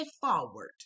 forward